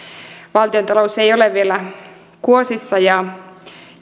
valtiontalous ei ole vielä kuosissa ja